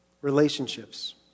relationships